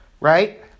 right